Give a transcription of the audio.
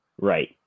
Right